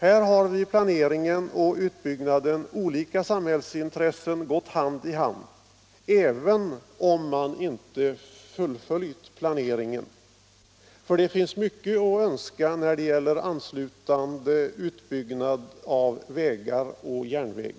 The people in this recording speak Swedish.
Här har vid planeringen och utbyggnaden olika samhällsintressen gått hand i hand — även om man inte fullföljt planeringen, för det finns mycket att önska när det gäller anslutande utbyggnader av vägar och järnväg.